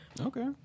Okay